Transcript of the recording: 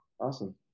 awesome